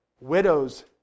widows